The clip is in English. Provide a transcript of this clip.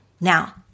Now